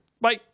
Bye